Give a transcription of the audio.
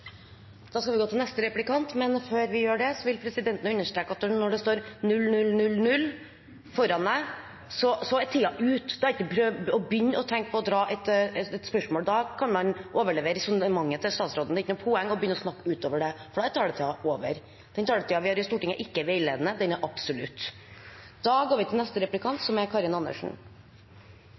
Da skal vi gå over til neste replikant, men før vi gjør det, vil presidenten understreke at når det står 00:00 på klokken på talerstolen, er tiden ute. Da skal man ikke prøve på å dra et spørsmål. Da kan man overlevere resonnementet til statsråden. Det er ikke noe poeng å begynne å snakke utover det, for da er taletiden over. Den taletiden vi har i Stortinget, er ikke veiledende. Den er absolutt. Bunnplanken i rettsstaten er likhet for loven, og vi liker å tenke at det er